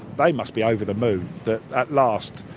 they must be over the moon that, at last,